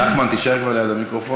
נחמן, תישאר כבר ליד המיקרופון.